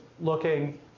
looking